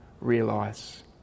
realize